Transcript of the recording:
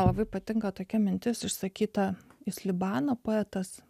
labai patinka tokia mintis užsakyta jis libano poetas